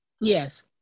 Yes